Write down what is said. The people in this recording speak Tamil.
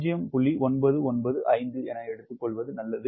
995 ஐ எடுத்துக்கொள்வது நல்லது